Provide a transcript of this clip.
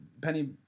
Penny